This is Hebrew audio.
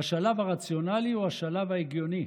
והשלב הרציונלי הוא השלב ההגיוני